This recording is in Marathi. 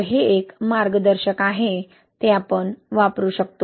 तर हे एक मार्गदर्शक आहे आपण ते वापरू शकता